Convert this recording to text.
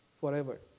forever